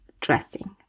dressing